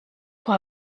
pour